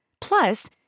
Plus